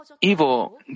evil